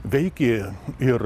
veikė ir